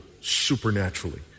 supernaturally